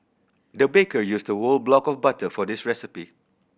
the baker used a whole block of butter for this recipe